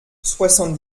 soixante